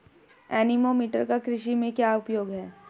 Anemometer का कृषि में क्या उपयोग है?